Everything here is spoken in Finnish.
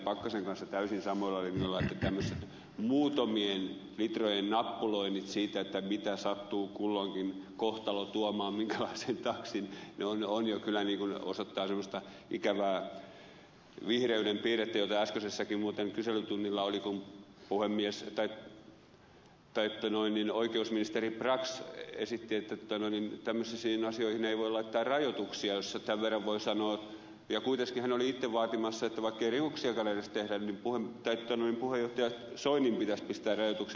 pakkasen kanssa täysin samoilla linjoilla että tämmöiset muutamien litrojen nappuloinnit siitä mitä sattuu kulloinkin kohtalo tuomaan minkälaisen taksin osoittavat semmoista ikävää vihreyden piirrettä jota äskenkin muuten kyselytunnilla oli kun oikeusministeri brax esitti että tämmöisiin asioihin ei voi laittaa rajoituksia jos tämän verran voi sanoa ja kuiteskin hän oli itse vaatimassa että vaikkei rikoksiakaan edes tehdä niin puheenjohtaja soinin pitäisi pistää rajoituksia